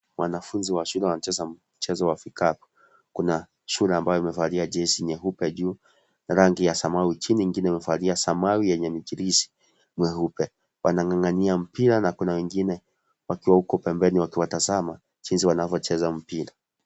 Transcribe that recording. Wanafunzi wa shule wanacheza mchezo wa vikapu, kuna shule ambayo imevalia jezi nyeupe juu na rangi ya samawi chini ingine imevalia samawi yenye michirizi mieupe, wanangangania mpira na kuna wengine wakiwa huko pembeni wakiwatazama jinsi wanavyocheza mpira.